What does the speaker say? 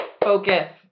Focus